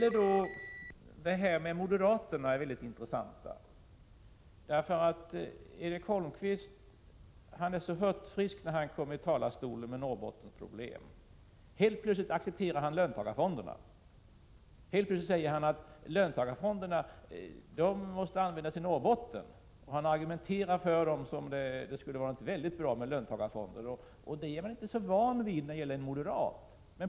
Erik Holmkvist är så hurtfrisk när han kommer upp i talarstolen för att diskutera Norrbottens problem. Helt plötsligt accepterar han löntagarfon derna. Helt plötsligt säger han att löntagarfonderna måste bli mer aktiva i Norrbotten och argumenterar för dem som om de skulle vara någonting mycket bra. Det är man inte så van vid när det gäller en moderat.